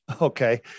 Okay